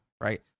right